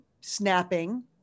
snapping